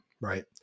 right